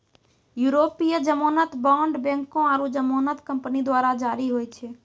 यूरोपीय जमानत बांड बैंको आरु जमानत कंपनी द्वारा जारी होय छै